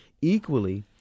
equally